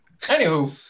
anywho